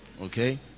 okay